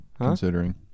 considering